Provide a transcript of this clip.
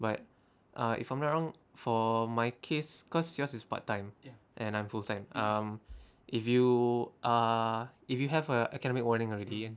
but uh if I'm not wrong for my case cause yours is part time and I'm full time um if you are if you have a academic warning already